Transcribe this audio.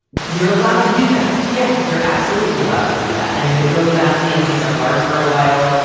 you're allowed to do that. yeah, you're absolutely allowed to do that. and if it goes badly and things are hard for a while,